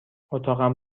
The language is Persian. اتاقم